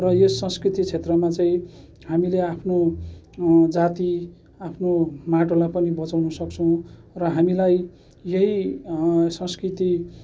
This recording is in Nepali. र यो संस्कृति क्षेत्रमा चाहिँ हामीले आफ्नो जाति आफ्नो माटोलाई पनि बचाउन सक्छौँ र हामीलाई यही संस्कृति